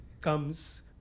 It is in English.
comes